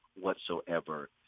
whatsoever